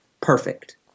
perfect